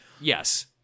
Yes